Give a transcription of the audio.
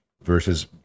versus